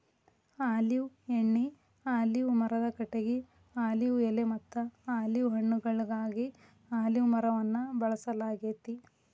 olive ಎಣ್ಣಿ, olive ಮರದ ಕಟಗಿ, ಆಲಿವ್ ಎಲೆಮತ್ತ ಆಲಿವ್ ಹಣ್ಣುಗಳಿಗಾಗಿ ಅಲಿವ್ ಮರವನ್ನ ಬೆಳಸಲಾಗ್ತೇತಿ